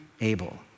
Abel